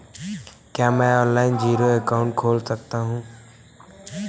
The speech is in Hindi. क्या मैं ऑनलाइन जीरो अकाउंट खोल सकता हूँ?